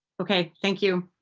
okay. thank you.